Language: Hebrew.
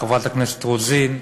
חברת הכנסת רוזין,